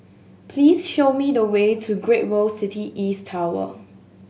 please show me the way to Great World City East Tower